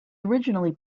originally